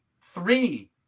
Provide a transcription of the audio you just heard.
three